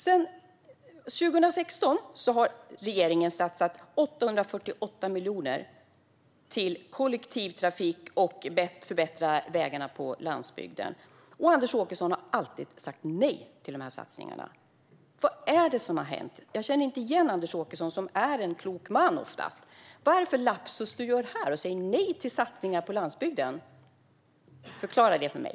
Sedan 2016 har regeringen satsat 848 miljoner på kollektivtrafik och på att förbättra vägarna på landsbygden. Anders Åkesson har alltid sagt nej till dessa satsningar. Vad är det som har hänt? Jag känner inte igen Anders Åkesson, som oftast är en klok man. Vad är det för lapsus du gör här, Anders, när du säger nej till satsningar på landsbygden? Förklara det för mig!